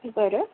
बरं